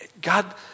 God